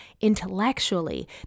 intellectually